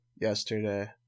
yesterday